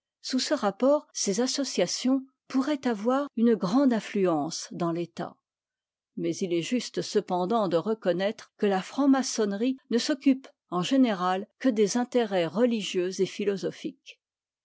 sous ce rapport ces associations pourraient avoir une grande influence dans l'état mais il est juste cependant de reconnaître que la franc-maçonnerie ne s'occupe en général que des intérêts religieux et philosophiques